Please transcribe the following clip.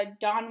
Don